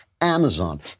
Amazon